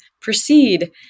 proceed